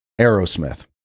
Aerosmith